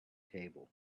table